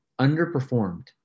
underperformed